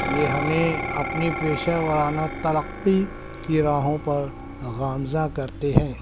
یہ ہمیں اپنی پیشہ وارانہ ترقی کی راہوں پر گامزہ کرتے ہیں